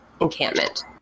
encampment